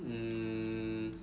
um